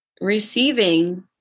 receiving